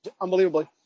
unbelievably